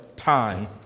Time